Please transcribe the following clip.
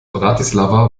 bratislava